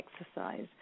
exercise